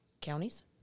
counties